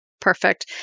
Perfect